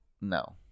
No